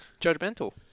judgmental